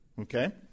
Okay